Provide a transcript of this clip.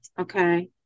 Okay